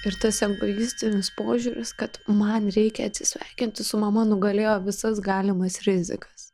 ir tas egoistinis požiūris kad man reikia atsisveikinti su mama nugalėjo visas galimas rizikas